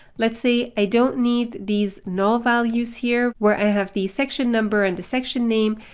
let's say i don't need these null values here where i have the section number and the section name.